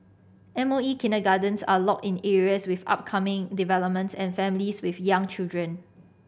M O E kindergartens are located in areas with upcoming developments and families with young children